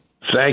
Thank